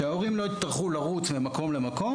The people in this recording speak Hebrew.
אז שההורים לא יצטרכו לרוץ ממקום למקום